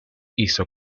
hizo